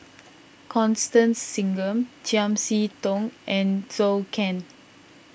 Constance Singam Chiam See Tong and Zhou Can